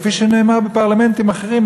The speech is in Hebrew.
כפי שנאמר בפרלמנטים אחרים,